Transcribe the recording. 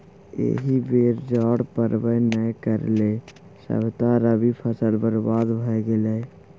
एहि बेर जाड़ पड़बै नै करलै सभटा रबी फसल बरबाद भए गेलै